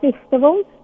festivals